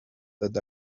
that